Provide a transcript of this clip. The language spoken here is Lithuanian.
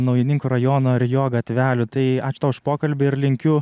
naujininkų rajono ir jo gatvelių tai ačiū tau už pokalbį ir linkiu